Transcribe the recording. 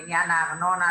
לעניין הארנונה,